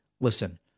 listen